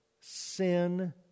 Sin